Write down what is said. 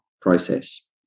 process